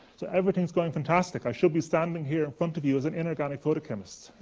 so everything's going fantastic, i should be standing here in front of you as an inorganic photochemist,